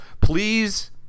Please